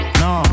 no